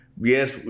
yes